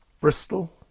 Bristol